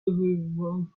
everyone